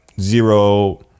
zero